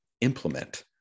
implement